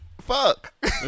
fuck